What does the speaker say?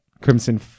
Crimson